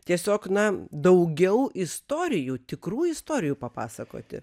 tiesiog na daugiau istorijų tikrų istorijų papasakoti